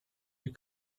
you